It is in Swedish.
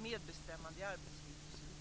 Moderaterna vill avskaffa medbestämmande i arbetslivet osv.